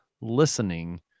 listening